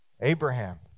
Abraham